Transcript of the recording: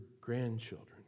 grandchildren